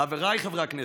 חבריי חברי הכנסת,